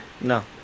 No